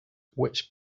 which